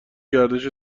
گردش